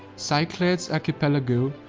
cyclades archepelago,